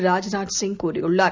ராஜ்நாத்சிங்கூறியுள்ளா